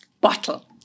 bottle